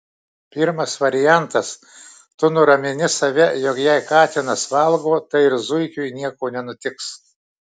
pirmasis variantas tu nuramini save jog jei katinas valgo tai ir zuikiui nieko nenutiks